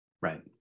Right